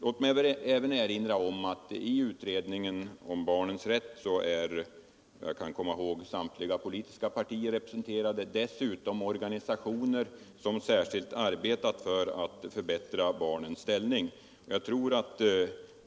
Låt mig även erinra om att i utredningen om barnens rätt är, såvitt jag kan komma ihåg, samtliga politiska partier och dessutom organisationer som särskilt arbetat för att förbättra barnens ställning representerade.